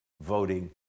voting